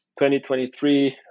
2023